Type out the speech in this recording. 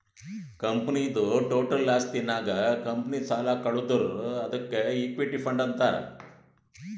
ಕಂಪನಿದು ಟೋಟಲ್ ಆಸ್ತಿ ನಾಗ್ ಕಂಪನಿದು ಸಾಲ ಕಳದುರ್ ಅದ್ಕೆ ಇಕ್ವಿಟಿ ಫಂಡ್ ಅಂತಾರ್